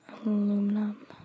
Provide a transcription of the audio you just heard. aluminum